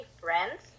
friends